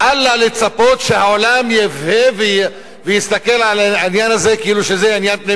אל לה לצפות שהעולם יבהה ויסתכל על העניין הזה כאילו זה עניין פנימי.